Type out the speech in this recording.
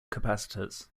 capacitors